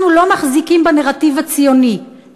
אנחנו לא מחזיקים בנרטיב הציוני,